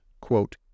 quote